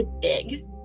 big